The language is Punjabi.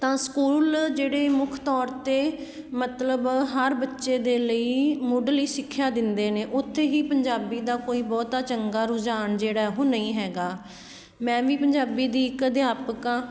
ਤਾਂ ਸਕੂਲ ਜਿਹੜੇ ਮੁੱਖ ਤੌਰ 'ਤੇ ਮਤਲਬ ਹਰ ਬੱਚੇ ਦੇ ਲਈ ਮੁੱਢਲੀ ਸਿੱਖਿਆ ਦਿੰਦੇ ਨੇ ਉੱਥੇ ਹੀ ਪੰਜਾਬੀ ਦਾ ਕੋਈ ਬਹੁਤਾ ਚੰਗਾ ਰੁਝਾਨ ਜਿਹੜਾ ਉਹ ਨਹੀਂ ਹੈਗਾ ਮੈਂ ਵੀ ਪੰਜਾਬੀ ਦੀ ਇੱਕ ਅਧਿਆਪਕ ਹਾਂ